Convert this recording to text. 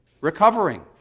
recovering